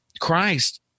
Christ